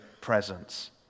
presence